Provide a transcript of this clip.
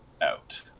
out